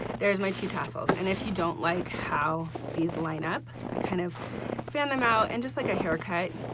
there's my two tassels. and if you don't like how these line up i kind of fan them out and just like a hair cut,